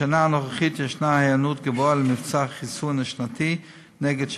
בשנה הנוכחית יש היענות גבוהה למבצע החיסון השנתי נגד שפעת,